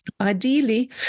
Ideally